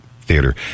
Theater